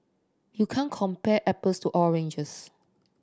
you can't compare apples to oranges